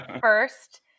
first